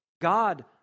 God